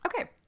Okay